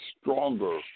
stronger